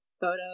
photos